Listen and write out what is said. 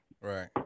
Right